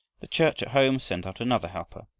the church at home sent out another helper.